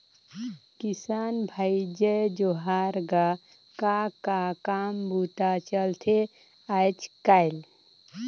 किसान भाई जय जोहार गा, का का काम बूता चलथे आयज़ कायल?